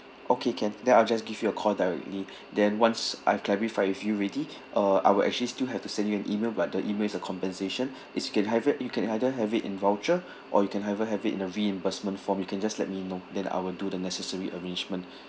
okay can then I'll just give you a call directly then once I've clarified with you ready uh I will actually still have to send you an email but the email is a compensation is you can have it you can either have it in voucher or you can either have it in the reimbursement form you can just let me know then I will do the necessary arrangement